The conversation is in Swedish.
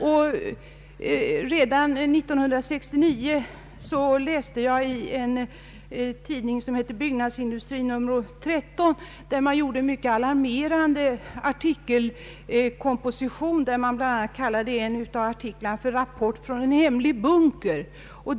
Redan 1969 läste jag i tidningen Byggnadsindustrin en mycket alarmerande artikelserie. En av artiklarna hette ”Rapport från en hemlig bunker”.